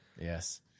Yes